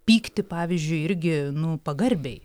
pykti pavyzdžiui irgi nu pagarbiai